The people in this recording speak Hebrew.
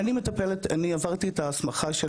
אני עברתי את ההסמכה של